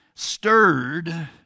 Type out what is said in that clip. Stirred